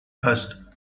asked